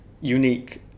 unique